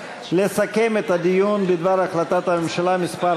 לסכם את הדיון בדבר החלטת הממשלה מס'